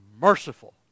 merciful